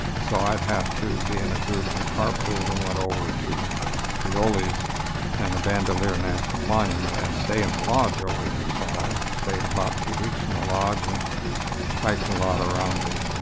so i would have to be in a group that carpooled and went over to frijoles and the bandelier national monument and stay in the lodge over there. so i stayed about two weeks in the lodge and hiked a lot around the